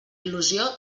il·lusió